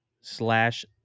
slash